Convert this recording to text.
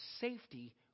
safety